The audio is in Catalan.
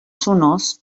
sonors